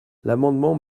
l’amendement